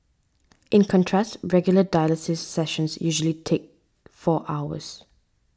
in contrast regular dialysis sessions usually take four hours